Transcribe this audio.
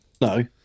no